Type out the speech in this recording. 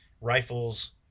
rifles